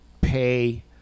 pay